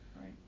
right